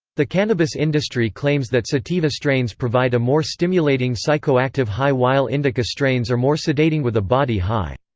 the cannabis industry claims that sativa strains provide a more stimulating psychoactive high while indica strains are more sedating with a body high.